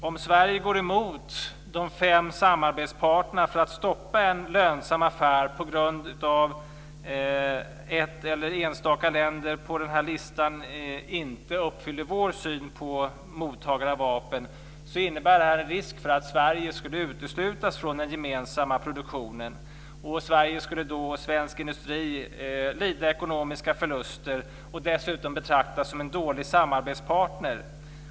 Om Sverige går emot de fem samarbetsparterna för att stoppa en lönsam affär på grund av att ett land eller enstaka länder på den här listan inte uppfyller vår syn på mottagare av vapen innebär det en risk för att Sverige skulle uteslutas från den gemensamma produktionen. Sverige och svensk industri skulle då lida ekonomiska förluster och dessutom betraktas som en dålig samarbetspartner.